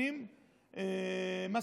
אדוני היושב-ראש,